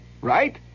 right